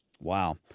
Wow